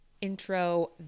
intro